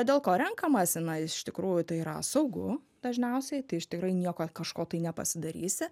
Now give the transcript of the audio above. dėl ko renkamasi na iš tikrųjų tai yra saugu dažniausiai tai iš tikrai nieko kažko tai nepasidarysi